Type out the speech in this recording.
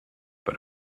but